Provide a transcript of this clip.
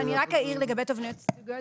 אני רק אעיר לגבי תובענות ייצוגיות.